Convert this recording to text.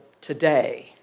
today